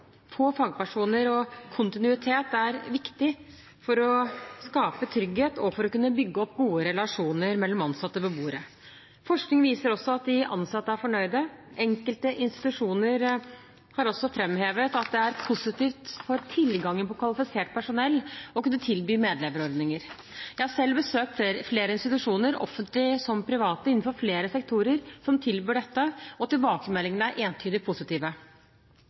få fagpersoner og kontinuitet er viktig for å skape trygghet og for å kunne bygge opp gode relasjoner mellom ansatte og beboere. Forskning viser også at de ansatte er fornøyde. Enkelte institusjoner har også framhevet at det er positivt for tilgangen på kvalifisert personell å kunne tilby medleverordninger. Jeg har selv besøkt flere institusjoner, offentlige som private, innenfor flere sektorer som tilbyr dette, og tilbakemeldingene er entydig positive.